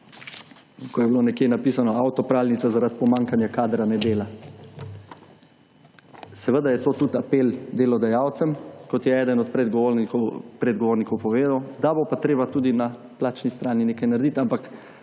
ko je bilo nekje napisano, avtopralnica zaradi pomanjkanja kadra ne dela. Seveda je to tudi apel delodajalcem, kot je eden od predgovornikov povedal, da bo pa treba tudi na plačni strani nekaj narediti, ampak